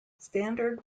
standard